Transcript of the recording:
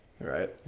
right